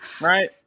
Right